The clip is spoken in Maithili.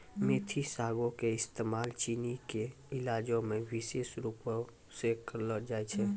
मेथी सागो के इस्तेमाल चीनी के इलाजो मे विशेष रुपो से करलो जाय छै